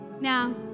now